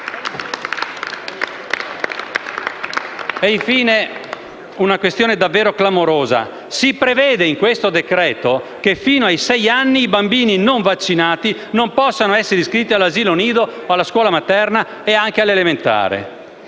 Infine, una questione davvero clamorosa: si prevede nel decreto-legge in esame che fino ai sei anni i bambini non vaccinati non possano essere iscritti all'asilo nido, alla scuola materna e alle elementari,